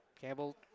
Campbell